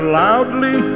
loudly